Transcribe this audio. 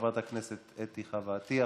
חברת הכנסת אתי חוה עטייה,